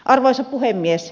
arvoisa puhemies